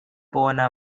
போன